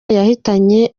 yahitanye